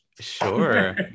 sure